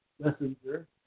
Messenger